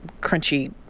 crunchy